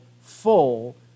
full